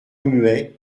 remuaient